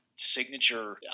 signature